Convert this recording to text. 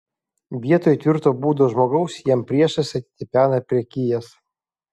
vietoj tvirto būdo žmogaus jam priešais atitipena prekijas